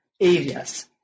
areas